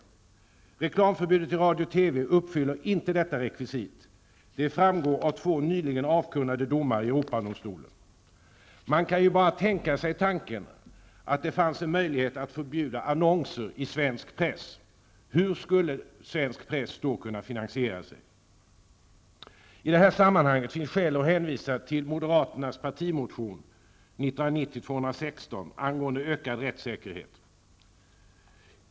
Reklamförbudet i radio 91:K216 angående ökad rättssäkerhet.